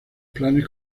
planes